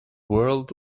world